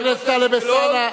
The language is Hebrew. חבר הכנסת טלב אלסאנע,